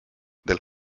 del